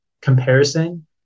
comparison